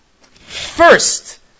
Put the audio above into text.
First